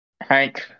Hank